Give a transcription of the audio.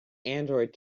android